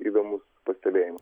įdomūs pastebėjimai